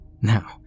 Now